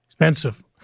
Expensive